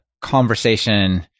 conversation